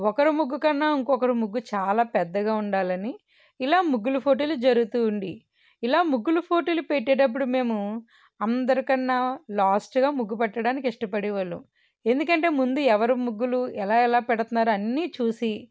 ఒకరు ముగ్గురు కన్నా ఇంకొక ముగ్గురు చాలా పెద్దగా ఉండాలని ఇలా ముగ్గులు పోటీలు జరుగుతూ ఉంది ఇలా ముగ్గులు పోటీలు పెట్టేటప్పుడు మేము అందరికన్నా లాస్ట్గా ముగ్గు పెట్టడానికి ఇష్టపడే వాళ్ళు ఎందుకంటే ముందు ఎవరి ముగ్గులు ఎలా ఎలా పెడతారు అన్నీ చూచి